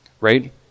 right